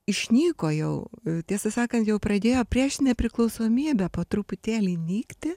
išnyko jau tiesą sakant jau pradėjo prieš nepriklausomybę po truputėlį nykti